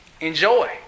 Enjoy